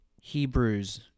Hebrews